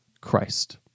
Christ